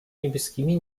niebieskimi